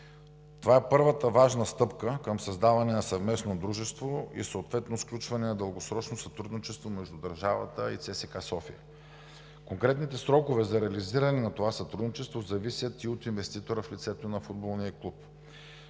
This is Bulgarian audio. Това е първата важна стъпка към създаване на съвместно дружество и съответно сключване на дългосрочно сътрудничество между държавата и ЦСКА – София. Конкретните срокове за реализиране на това сътрудничество зависят и от инвеститора в лицето на футболния клуб.